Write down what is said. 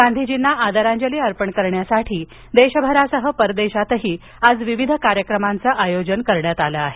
गांधीजींना आदरांजली अर्पण करण्यासाठी देशभरासह परदेशात आज विविध कार्यक्रमांच आयोजन करण्यात आलं आहे